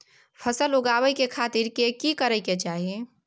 फसल उगाबै के खातिर की की करै के चाही?